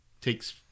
Takes